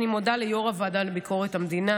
אני מודה ליו"ר הוועדה לביקורת המדינה,